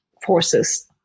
forces